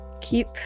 keep